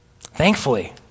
Thankfully